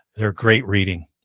they're great reading.